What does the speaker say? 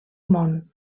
món